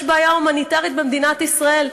יש בעיה הומניטרית במדינת ישראל,